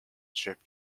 chief